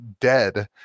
dead